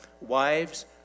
wives